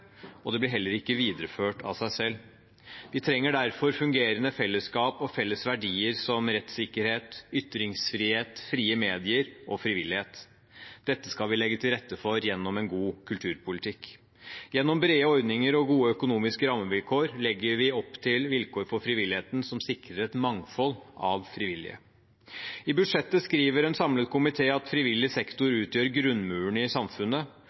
og det blir heller ikke videreført av seg selv. Vi trenger derfor fungerende fellesskap og felles verdier, som rettssikkerhet, ytringsfrihet, frie medier og frivillighet. Dette skal vi legge til rette for gjennom en god kulturpolitikk. Gjennom brede ordninger og gode økonomiske rammevilkår legger vi opp til vilkår for frivilligheten som sikrer et mangfold av frivillige. I budsjettet skriver en samlet komité at frivillig sektor utgjør grunnmuren i samfunnet,